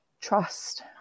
trust